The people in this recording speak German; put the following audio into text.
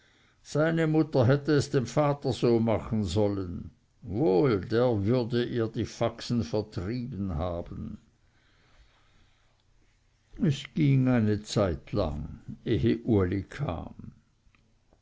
seine mutter hätte es dem vater so machen sollen wohl der würde er die faxen vertrieben haben es ging eine zeitlang ehe uli kam